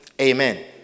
Amen